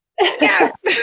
Yes